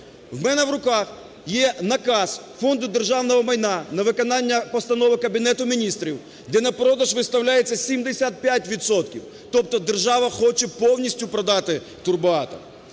У мене в руках є наказ Фонду державного майна на виконання постанови Кабінету Міністрів, де на продаж виставляється 75 відсотків, тобто держава хоче повністю продати "Турбоатом".